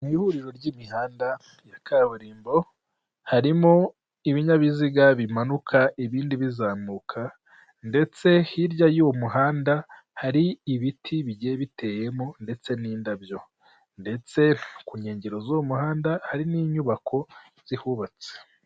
Mu ihuriro ry'imihanda ya kaburimbo harimo ibinyabiziga bimanuka, ibindi bizamuka ndetse hirya y'uwo muhanda hari ibiti bigiye biteyemo ndetse n'indabyo ndetse ku nkengero z'umuhanda hari n'inyubako zihubatse.